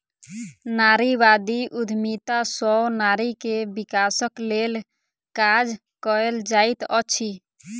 नारीवादी उद्यमिता सॅ नारी के विकासक लेल काज कएल जाइत अछि